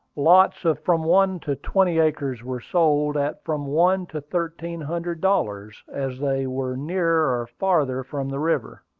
lots of from one to twenty acres were sold at from one to thirteen hundred dollars, as they were nearer or farther from the river.